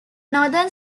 northern